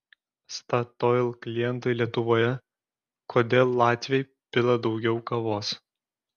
statoil klientai lietuvoje kodėl latviai pila daugiau kavos